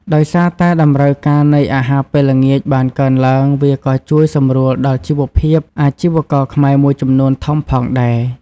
ដោយសារតម្រូវការនៃអាហារពេលល្ងាចបានកើនឡើង វាក៏ជួយសម្រួលដល់ជីវភាពអាជីវករខ្មែរមួយចំនួនធំផងដែរ។